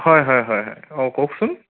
হয় হয় হয় অঁ কওকচোন